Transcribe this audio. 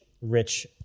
rich